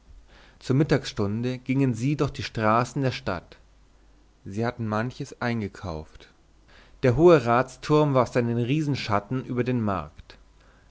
zur mittagsstunde gingen sie durch die straßen der stadt sie hatten manches eingekauft der hohe ratsturm warf seinen riesenschatten über den markt